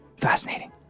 Fascinating